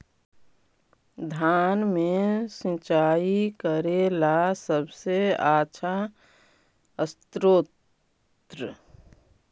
धान मे सिंचाई करे ला सबसे आछा स्त्रोत्र?